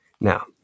Now